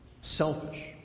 selfish